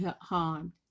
harmed